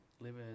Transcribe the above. living